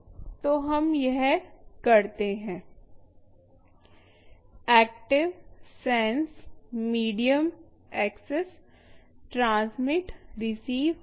तो हम यह करते हैं active sense medium access transmit receive आदि